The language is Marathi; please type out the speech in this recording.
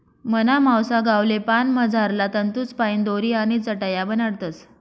मना मावसा गावले पान मझारला तंतूसपाईन दोरी आणि चटाया बनाडतस